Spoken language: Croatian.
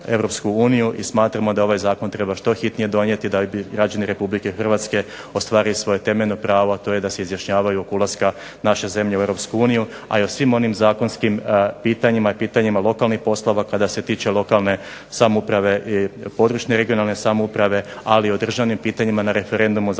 i smatramo da ovaj zakon što hitnije treba donijeti da bi građani RH ostvarili svoje temeljno pravo, a to je da se izjašnjavaju oko ulaska naše zemlje u EU, a i o svim onim zakonskim pitanjima i pitanjima lokalnih poslova kada se tiče lokalne i područne (regionalne) samouprave ali i o državnim pitanjima na referendumu.